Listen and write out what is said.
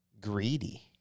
greedy